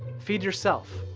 feed yourself.